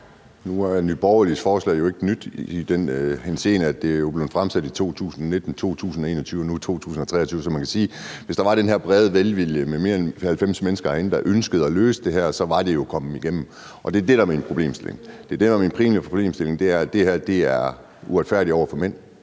Nye Borgerliges forslag jo ikke nyt, i og med at det er blevet fremsat i 2019, 2021 og nu 2023. Så man kan sige, at hvis der var den her brede velvilje med mere end 90 mennesker herinde, der ønskede at løse det her, så var det jo kommet igennem. Det er det, der er min problemstilling. Det, der er min primære problemstilling, er, at det her er uretfærdigt over for mænd;